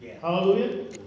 Hallelujah